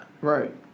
Right